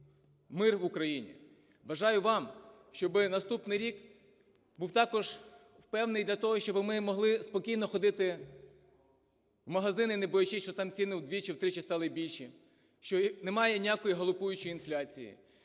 мир в Україні. Бажаю вам, щоб наступний рік був також впевнений, для того щоб ми могли спокійно ходити в магазини, не боячись, що там ціни вдвічі-втричі стали більше. Що немає ніякої галопуючої інфляції,